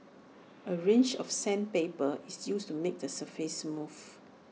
A range of sandpaper is used to make the surface smooth